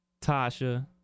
Tasha